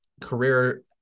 career